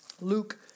Luke